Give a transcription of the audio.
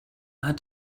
hat